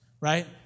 right